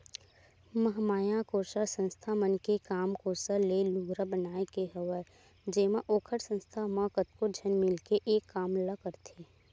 महामाया कोसा संस्था मन के काम कोसा ले लुगरा बनाए के हवय जेमा ओखर संस्था म कतको झन मिलके एक काम ल करथे